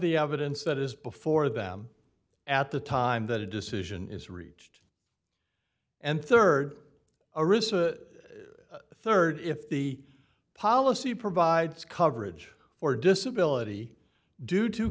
the evidence that is before them at the time that a decision is reached and rd or is a rd if the policy provides coverage or disability due to